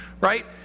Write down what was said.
right